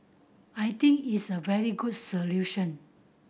I think it's a very good solution